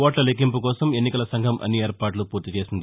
ఓట్ల లెక్కింపుకోసం ఎన్నికల సంఘం అన్ని ఏర్పాట్ల పూర్తిచేసింది